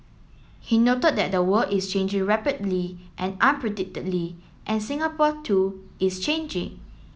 he noted that the world is changing rapidly and and Singapore too is changing